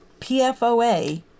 pfoa